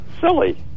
silly